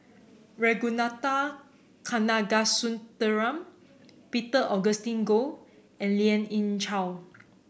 Ragunathar Kanagasuntheram Peter Augustine Goh and Lien Ying Chow